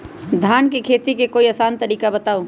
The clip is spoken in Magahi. धान के खेती के कोई आसान तरिका बताउ?